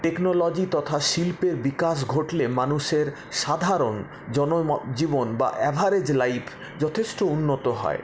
technology তথা শিল্পের বিকাশ ঘটলে মানুষের সাধারণ জনজীবন বা অ্যাভারেজ লাইফ যথেষ্ট উন্নত হয়